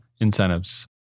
incentives